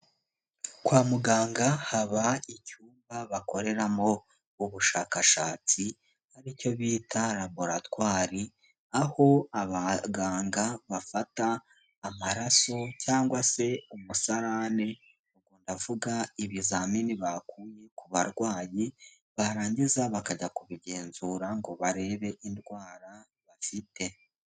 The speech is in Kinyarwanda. Kwa muganga haba icyumba bakoreramo ubushakashatsi aricyo bita laboratwari, aho abaganga bafata amaraso cyangwa se umusarane, ndavuga ibizamini bakuye ku barwayi, barangiza bakajya kubigenzura ngo barebe indwara bafite.